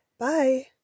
Bye